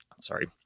Sorry